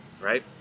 right